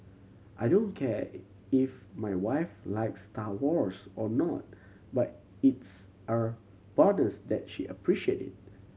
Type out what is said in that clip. I don't care if my wife likes Star Wars or not but it's a bonus that she appreciate it